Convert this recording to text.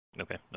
Okay